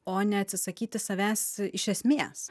o neatsisakyti savęs iš esmės